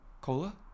Cola